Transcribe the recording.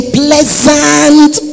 pleasant